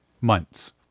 months